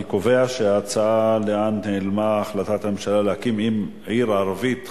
אני קובע שההצעה: לאן נעלמה החלטת הממשלה להקים עיר ערבית חדשה,